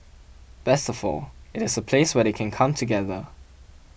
best of all it is a place where they can come together